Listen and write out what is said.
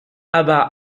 aber